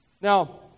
Now